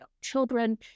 children